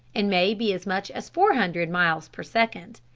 and may be as much as four hundred, miles per second.